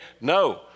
No